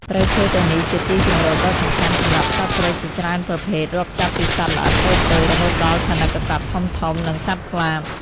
ព្រៃឈើទាំងនេះជាទីជម្រកដ៏សំខាន់សម្រាប់សត្វព្រៃជាច្រើនប្រភេទ រាប់ចាប់ពីសត្វល្អិតតូចៗ រហូតដល់ថនិកសត្វធំៗ និងសត្វស្លាប។